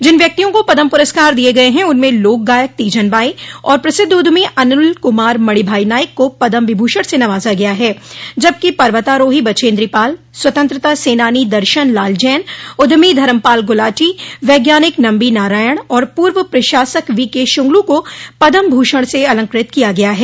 जिन व्यक्तियों को पद्म पुरस्कार दिये गये हैं उनमें लोक गायक तीज़न बाई और प्रसिद्ध उद्यमी अनिल कुमार मणिभाई नाइक को पद्म विभूषण से नवाज़ा गया है जबकि पर्वतारोही बछेन्द्री पाल स्वतंत्रता सेनानी दर्शन लाल जैन उद्यमी धर्मपाल गुलाटी वैज्ञानिक नंबी नारायण और पूर्व प्रशासक वीके शुंगलू को पद्म भूषण से अलंकृत किया गया है